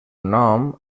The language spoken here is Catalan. nom